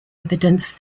evidence